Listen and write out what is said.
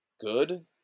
good